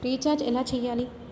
Recharge ఎలా చెయ్యాలి?